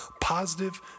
positive